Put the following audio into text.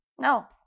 no